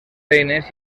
eines